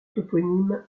toponyme